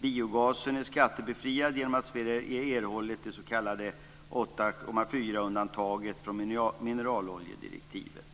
Biogasen är skattebefriad genom att Sverige har erhållit det s.k. 8.4-undantaget från mineraloljedirektivet.